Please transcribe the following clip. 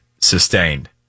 sustained